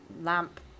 lamp